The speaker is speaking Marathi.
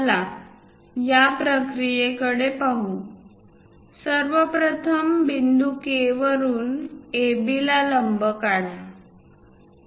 चला या प्रक्रियेकडे पाहू सर्व प्रथम बिंदू K वरुन AB ला लंब काढा